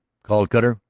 called cutter.